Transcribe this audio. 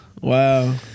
Wow